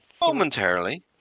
momentarily